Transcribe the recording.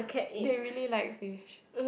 they really like fish